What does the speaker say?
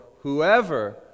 whoever